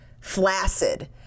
flaccid